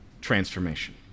transformation